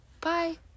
Bye